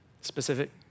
specific